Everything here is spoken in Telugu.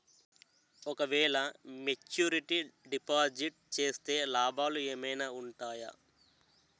ఓ క వేల మెచ్యూరిటీ డిపాజిట్ చేస్తే లాభాలు ఏమైనా ఉంటాయా?